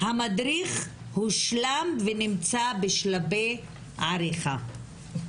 המדריך הושלם ונמצא בשלבי עריכה.